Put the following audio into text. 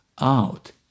out